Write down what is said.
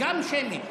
שמית.